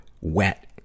wet